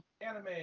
Anime